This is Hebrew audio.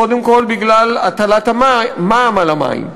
קודם כול בגלל הטלת המע"מ על המים,